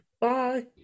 Bye